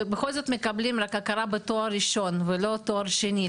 ובכל זאת מקבלים רק הכרה בתואר ראשון ולא תואר שני.